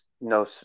no